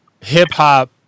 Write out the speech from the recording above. hip-hop